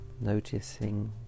noticing